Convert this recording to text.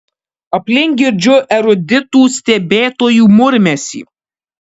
aplink girdžiu eruditų stebėtojų murmesį